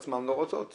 את